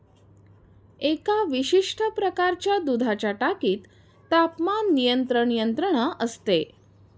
एका विशिष्ट प्रकारच्या दुधाच्या टाकीत तापमान नियंत्रण यंत्रणा असते